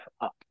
up